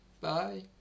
Bye